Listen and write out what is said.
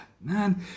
man